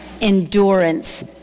endurance